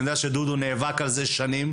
אני יודע שדודו נאבק על זה במשך שנים.